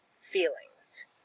feelings